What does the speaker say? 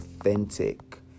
authentic